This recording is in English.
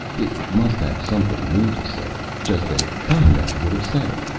it must have something new to say, just as conrad would have said it.